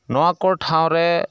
ᱱᱚᱣᱟ ᱠᱚ ᱴᱷᱟᱶᱨᱮ